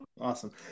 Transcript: awesome